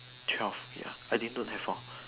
twelve ya I think don't have four